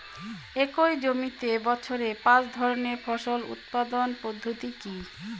একই জমিতে বছরে পাঁচ ধরনের ফসল উৎপাদন পদ্ধতি কী?